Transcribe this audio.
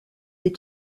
des